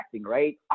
right